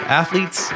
athletes